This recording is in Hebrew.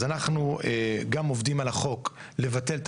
אז אנחנו גם עובדים על החוק לבטל את